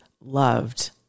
loved